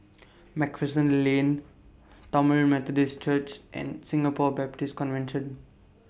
MacPherson Lane Tamil Methodist Church and Singapore Baptist Convention